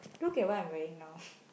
look at what I'm wearing now